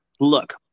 look